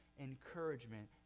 encouragement